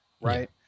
right